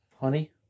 Honey